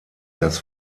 das